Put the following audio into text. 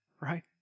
Right